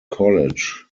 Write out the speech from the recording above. college